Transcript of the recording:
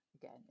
again